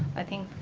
i think